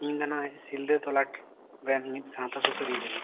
ᱤᱧ ᱫᱚ ᱢᱤᱫᱴᱟᱝ ᱥᱤᱞᱫᱟᱹ ᱛᱚᱞᱞᱟᱴ ᱨᱮᱱ ᱢᱤᱫ ᱥᱟᱶᱛᱟ ᱥᱩᱥᱟᱹᱨᱤᱭᱟᱹ ᱠᱟᱱᱟᱧ